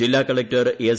ജില്ലാ collector S